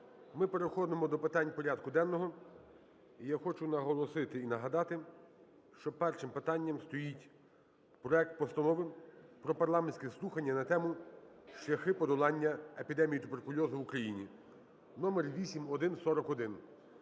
ми переходимо до питань порядку денного. І я хочу наголосити і нагадати, що першим питанням стоїть проект Постанови про парламентські слухання на тему: "Шляхи подолання епідемії туберкульозу в Україні" (№ 8141).